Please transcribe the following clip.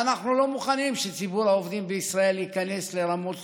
אנחנו לא מוכנים שציבור העובדים בישראל ייכנס לרמות